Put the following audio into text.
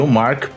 mark